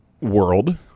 world